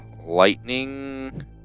Lightning